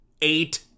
Eight